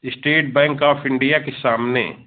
state Bank of India के सामने